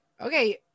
okay